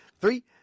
Three